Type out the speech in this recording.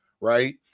right